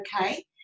okay